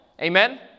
Amen